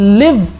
live